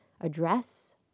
address